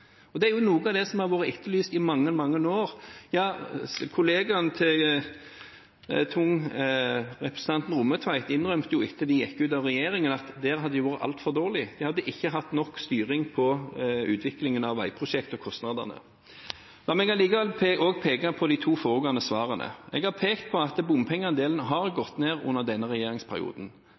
Det er noe av det som har vært etterlyst i mange, mange år. Kollegaen til Tung, representanten Rommetveit, innrømmet etter at de gikk ut av regjering, at der hadde de vært altfor dårlige, de hadde ikke hatt nok styring på utviklingen av veiprosjekter og kostnadene. La meg likevel peke på de to foregående svarene. Jeg har pekt på at bompengeandelen har gått ned i denne regjeringsperioden.